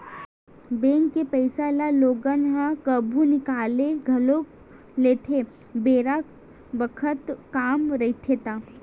bank के पइसा ल लोगन ह कभु निकाल घलो लेथे बेरा बखत काम रहिथे ता